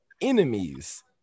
enemies